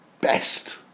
best